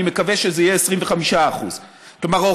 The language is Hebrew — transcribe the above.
אני מקווה שזה יהיה 25%. כלומר,